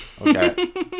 Okay